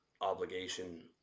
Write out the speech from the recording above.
obligation